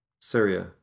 Syria